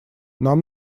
нам